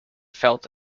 felt